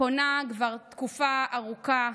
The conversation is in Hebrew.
פונה כבר תקופה ארוכה,